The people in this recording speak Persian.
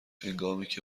هنگامیکه